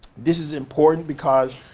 this is important because,